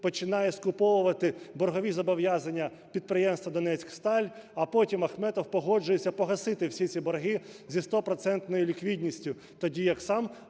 починає скуповувати боргові зобов'язання підприємства "Донецьксталь", а потім Ахметов погоджується погасити всі ці борги зі 100-процентною